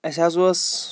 اَسہِ حظ اوس